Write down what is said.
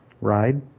Ride